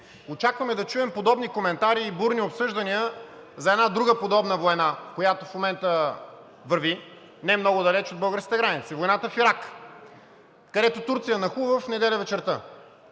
очакваме да чуем подобни коментари и бурни обсъждания за една друга подобна война, която в момента върви не много далеч от българската граница – войната в Ирак, където Турция нахлу в неделя вечерта